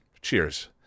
Cheers